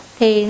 thì